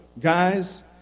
Guys